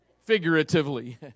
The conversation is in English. figuratively